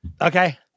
Okay